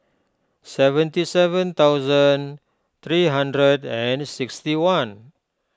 seventy seven thousand three hundred and sixty one